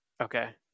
Okay